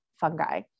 fungi